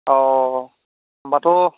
औ होनबाथ'